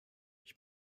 ich